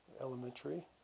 elementary